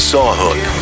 Sawhook